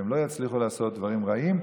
והם לא יזכו לעשות דברים רעים.